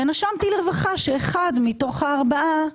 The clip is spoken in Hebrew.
ונשמתי לרווחה שאחד מתוך הארבעה,